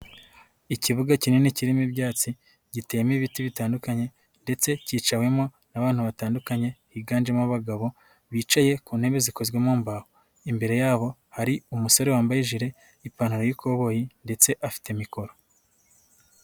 Ikibuga kinini kirimo ibyatsi, gitewemo ibiti bitandukanye, ndetse kicawemo n'abantu batandukanye, higanjemo abagabo, bicaye ku ntebe zikozwe mu mbaho. Imbere yabo hari umusore wambaye ijire, ipantaro y'ikoboyi, ndetse afite mikoro.